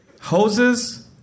hoses